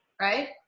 right